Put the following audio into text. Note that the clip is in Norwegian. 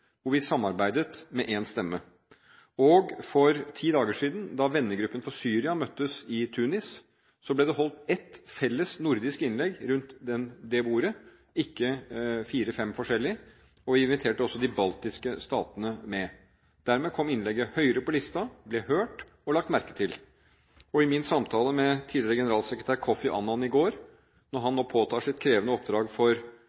Vi samarbeidet med én stemme. For ti dager siden – da Vennegruppen for det syriske folk møttes i Tunis – ble det holdt ett felles nordisk innlegg rundt bordet, ikke fire–fem forskjellige, og vi inviterte også de baltiske statene med. Dermed kom innlegget høyere på listen, ble hørt og lagt merke til. I min samtale med tidligere generalsekretær Kofi Annan i går – han påtar seg nå et krevende oppdrag for